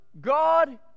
God